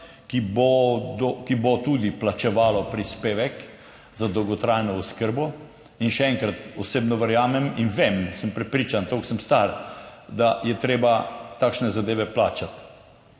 ki bo tudi plačevalo prispevek za dolgotrajno oskrbo. In še enkrat, osebno verjamem in vem, sem prepričan, toliko sem star, da je treba takšne zadeve plačati.